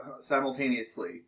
simultaneously